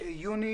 ב-28